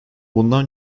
bundan